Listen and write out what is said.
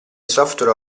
software